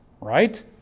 right